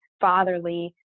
fatherly